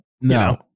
No